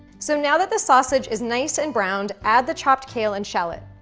so, now that the sausage is nice and browned, add the chopped kale and shallot.